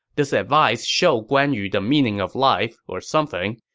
this advice showed guan yu the meaning of life or something,